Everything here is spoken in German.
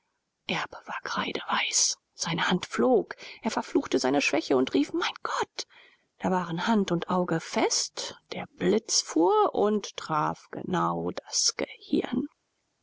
erb war kreideweiß seine hand flog er verfluchte seine schwäche und rief mein gott da waren hand und auge fest der blitz fuhr und traf genau das gehirn